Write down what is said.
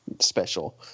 special